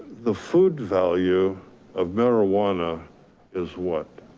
the food value of marijuana is what?